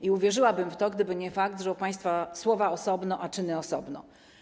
I uwierzyłabym w to, gdyby nie fakt, że u państwa słowa osobno, a czyny osobno.